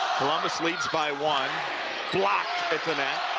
columbus leads by one blocked at the net.